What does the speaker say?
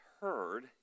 heard